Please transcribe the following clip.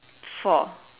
four